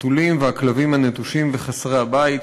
מציעים כאן הצעת חוק שעוסקת בסוגית החתולים והכלבים הנטושים וחסרי הבית.